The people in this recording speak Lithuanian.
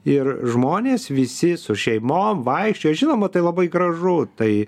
ir žmonės visi su šeimom vaikščiojo žinoma tai labai gražu tai